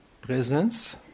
presence